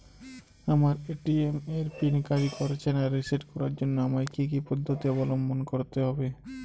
আমার এ.টি.এম এর পিন কাজ করছে না রিসেট করার জন্য আমায় কী কী পদ্ধতি অবলম্বন করতে হবে?